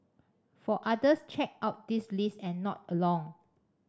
for others check out this list and nod along